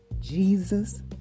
Jesus